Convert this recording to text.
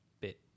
bit